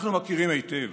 אנחנו מכירים היטב.